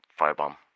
firebomb